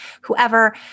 whoever